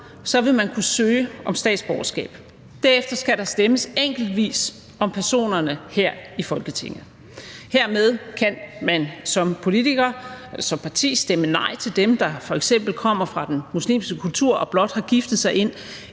vil man kunne søge om statsborgerskab. Derefter skal der stemmes enkeltvis om personerne her i Folketinget. Hermed kan man som politiker, som parti, stemme nej til dem, der f.eks. kommer fra den muslimske kultur og blot har giftet sig ind